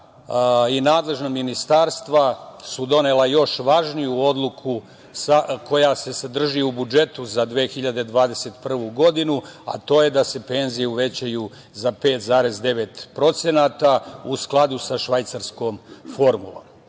i nadležna ministarstva su donela još važniju odluku koja se sadrži u budžetu za 2021. godinu a to je da se penzije uvećaju za 5,9% u skladu sa švajcarskom formulom. Čovek